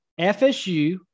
FSU